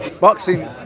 boxing